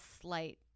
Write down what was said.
slight